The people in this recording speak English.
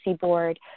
Board